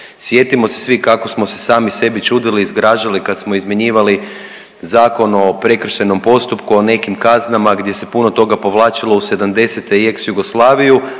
Sjetimo se svi kako smo se sami sebi čudili i zgražali kad smo izmjenjivali Zakon o prekršajnom postupku o nekim kaznama gdje se puno toga povlačilo u '70.-te i ex Jugoslaviju,